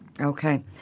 Okay